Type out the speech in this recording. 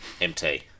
MT